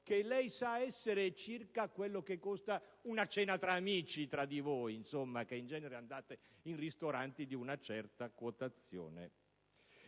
Azzollini, sa essere circa quello che costa una cena tra amici per voi, che in genere andate in ristoranti di una certa quotazione.